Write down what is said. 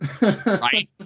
Right